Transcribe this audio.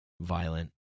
violent